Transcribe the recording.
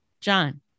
John